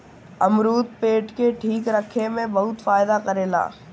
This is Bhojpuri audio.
अमरुद पेट के ठीक रखे में बहुते फायदा करेला